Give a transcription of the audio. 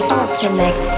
ultimate